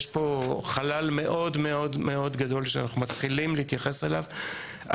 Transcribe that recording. יש פה חלל מאוד מאוד מאוד גדול שאנחנו מתחילים להתייחס אליו.